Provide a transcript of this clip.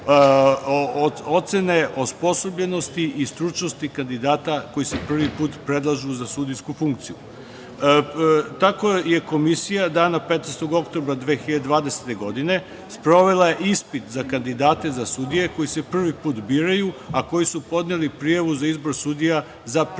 ocene osposobljenosti i stručnosti kandidata koji se prvi put predlažu za sudijsku funkciju. Tako je Komisija dana 15. oktobra 2020. godine sprovela ispit za kandidate za sudije koji se prvi put biraju, a koji su podneli prijavu za izbor sudija za prekršajne